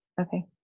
Okay